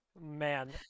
Man